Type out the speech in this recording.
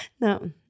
No